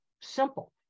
simple